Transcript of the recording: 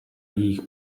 jejich